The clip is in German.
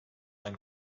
ein